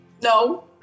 No